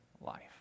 life